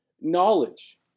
Knowledge